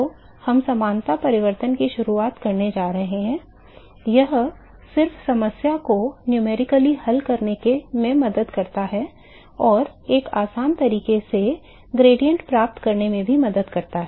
तो हम समानता परिवर्तन की शुरुआत करने जा रहे हैं यह सिर्फ समस्या को संख्यात्मक रूप से हल करने में मदद करता है और एक आसान तरीके से ग्रेडियेंट प्राप्त करने में भी मदद करता है